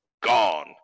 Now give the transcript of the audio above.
gone